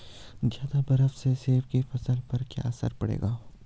ज़्यादा बर्फ से सेब की फसल पर क्या असर पड़ेगा?